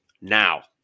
Now